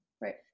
Right